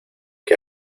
que